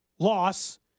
Loss